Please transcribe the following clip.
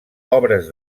obres